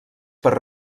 per